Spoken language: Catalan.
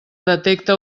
detecta